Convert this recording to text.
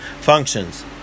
functions